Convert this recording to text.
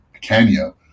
Kenya